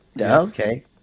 Okay